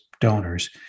donors